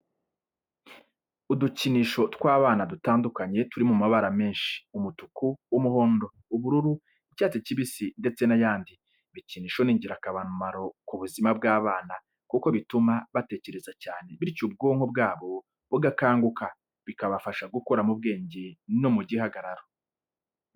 Udukinisho tw'abana dutandukanye turi mu mabara menshi, umutuku, umuhondo, ubururu, icyatsi kibisi ndetse n'ayandi. Ibikinisho ni ingirakamaro ku buzima bw'abana kuko bituma batekereza cyane bityo ubwonko bwabo bugakanguka, bikabafasha gukura mu bwenge no mu gihagararo.